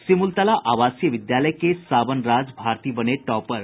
सिमूलतला आवासीय विद्यालय के सावन राज भारती बने टॉपर